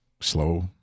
slow